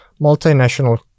multinational